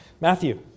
Matthew